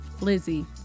Lizzie